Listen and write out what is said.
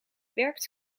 werkt